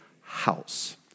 house